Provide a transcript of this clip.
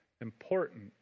important